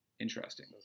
Interesting